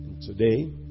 Today